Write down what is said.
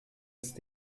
ist